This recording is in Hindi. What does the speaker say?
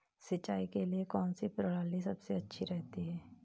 सिंचाई के लिए कौनसी प्रणाली सबसे अच्छी रहती है?